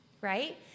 right